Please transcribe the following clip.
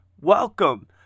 welcome